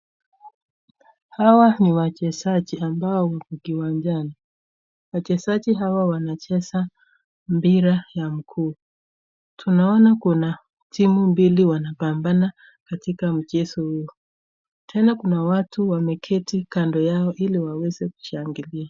Hawa ni wachezaji ambao wako kiwanjani ,wachezaji hawa wanacheza mpira ya miguu tunaona kuna timu mbili wanapambana katika mchezo huu tena kuna watu wameketi kando yao ili waweze kushangilia.